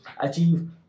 achieve